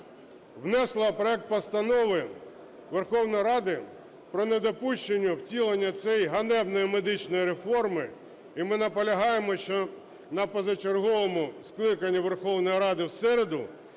внесла проект постанови Верховної Ради про недопущення втілення цієї ганебної медичної реформи, і ми наполягаємо, щоб на позачерговому скликанні Верховної Ради в середу